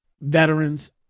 veterans